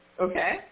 Okay